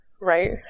right